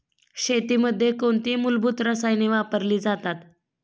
शेतीमध्ये कोणती मूलभूत रसायने वापरली जातात?